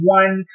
one